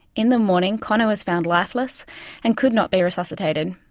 in the morning connor was found lifeless and could not be resuscitating.